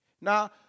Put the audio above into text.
Now